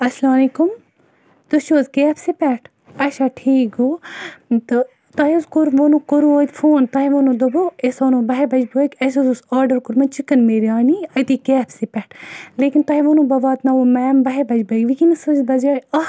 السَلامُ علیکُم تُہۍ چھِو حظ کے ایٚف سی پٮ۪ٹھ اچھا ٹھیٖک گوٚو تہٕ تُۄہہِ حظ ووٚنو کوٚروٗ ٲدۍ فون تۄہہِ ووٚنو دوٚپوٗ أسۍ وَنو بَہہِ بَجہِ بٲگۍ اَسہِ حظ اوس آرڈر کوٚرمُت چِکَن بِریانی أتے کے ایٚف سی پٮ۪ٹھ لیکِن تۄہہِ ووٚنو بہٕ واتناوو میم بَہہِ بَجہِ بٲگۍ وِنکیٚنس حظ بَجے اکھ